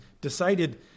decided